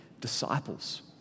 disciples